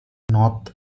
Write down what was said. north